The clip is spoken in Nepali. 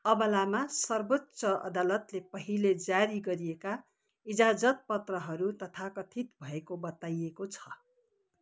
अबलामा सर्वोच्च अदालतले पहिले जारी गरिएका इजाजतपत्रहरू तथाकथित भएको बताइएको छ